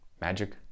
magic